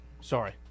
Sorry